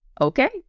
Okay